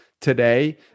today